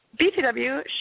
BTW